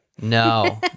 No